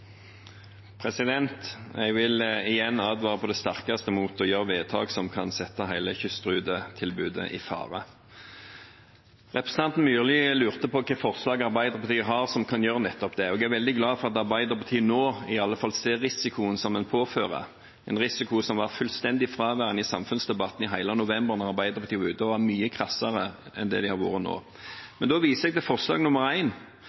President, skal jeg ta med meg notatene ned? Det er veldig fint hvis representanten hjelper til med å rydde før jul. Jeg vil igjen advare på det sterkeste mot å gjøre vedtak som kan sette hele kystrutetilbudet i fare. Representanten Myrli lurte på hvilket forslag Arbeiderpartiet har som kan gjøre nettopp det. Jeg er veldig glad for at Arbeiderpartiet nå i alle fall ser risikoen som en påfører, en risiko som var fullstendig fraværende i samfunnsdebatten i hele november, da Arbeiderpartiet var ute og var mye